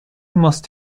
most